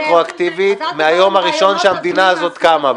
רטרואקטיבית מהיום הראשון שהמדינה הזאת קמה.